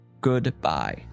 Goodbye